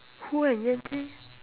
who and yan-ting